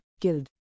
killed